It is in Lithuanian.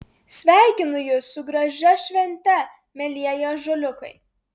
sveikinu jus su gražia švente mielieji ąžuoliukai